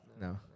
No